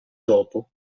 dopo